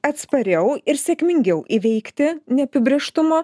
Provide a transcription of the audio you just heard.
atspariau ir sėkmingiau įveikti neapibrėžtumą